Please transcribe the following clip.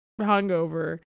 hungover